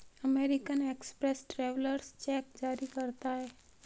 American Express travellers cheque जारी करता है